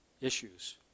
issues